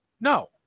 no